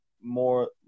more